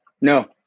No